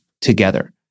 together